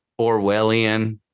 Orwellian